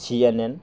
सिजारनेन